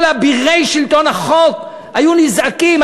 כל אבירי שלטון החוק היו נזעקים,